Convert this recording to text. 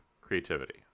creativity